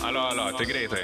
alio alio greitai